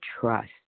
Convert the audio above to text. trust